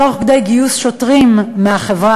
תוך גיוס שוטרים מהחברה